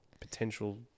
potential